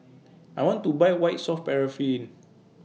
I want to Buy White Soft Paraffin